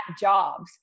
jobs